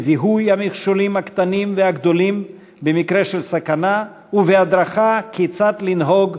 בזיהוי המכשולים הקטנים והגדולים במקרה של סכנה ובהדרכה כיצד לנהוג